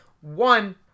One